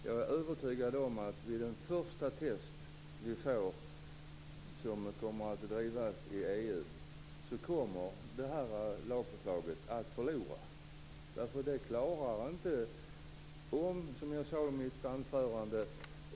Jag är övertygad om det här lagförslaget kommer att förlora vid det första test som kommer att göras i EU.